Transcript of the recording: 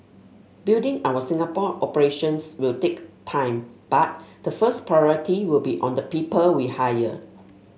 building our Singapore operations will take time but the first priority will be on the people we hire